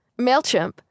MailChimp